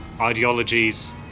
ideologies